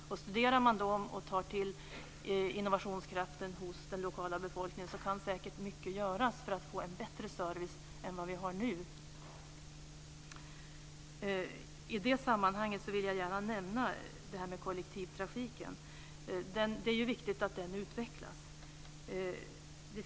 Studerar man dem och utnyttjar innovationskraften hos den lokala befolkningen kan säkert mycket göras för att skapa en bättre service än vad vi har nu. I det sammanhanget vill jag gärna nämna kollektivtrafiken. Det är viktigt att den utvecklas.